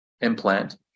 implant